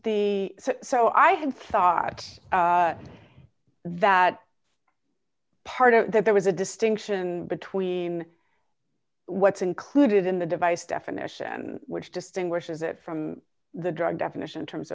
they so i had thought that part of that there was a distinction between what's included in the device definition which distinguishes it from the drug definition in terms